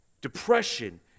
Depression